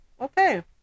okay